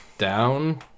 down